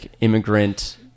immigrant